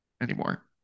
anymore